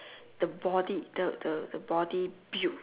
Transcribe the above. the body the the the body built